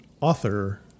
author